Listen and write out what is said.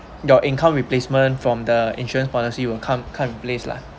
your income replacement from the insurance policy will come come in place lah